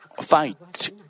fight